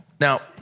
Now